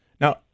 Now